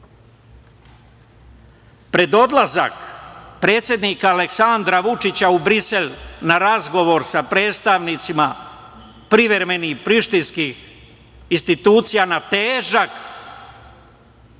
odlazak predsednika Aleksandra Vučića u Brisel na razgovor sa predstavnicima privremenih prištinskih institucija, na težak razgovor,